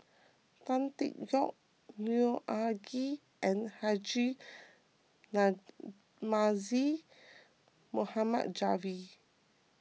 Tan Tee Yoke Neo Anngee and Haji Namazie Mohamed Javad